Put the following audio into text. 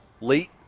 Late